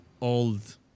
old